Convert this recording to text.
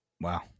Wow